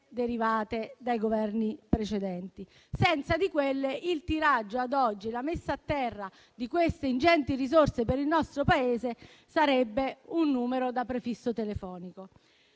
derivate dai Governi precedenti. Senza di quelle, il tiraggio ad oggi e la messa a terra di queste ingenti risorse per il nostro Paese sarebbe un numero da prefisso telefonico.